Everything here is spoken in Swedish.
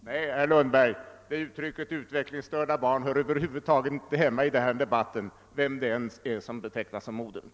Herr talman! Nej, herr Lundberg, uttrycket utvecklingsstörda barn hör över huvud taget inte hemma i denna debatt, vem det än är som betecknas som modern.